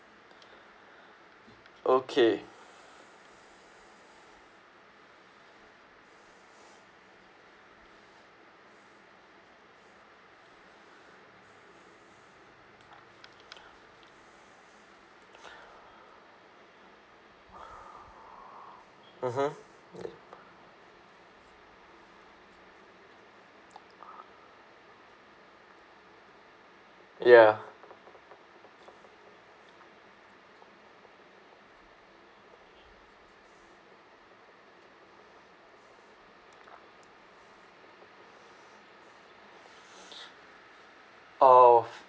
okay mmhmm ya uh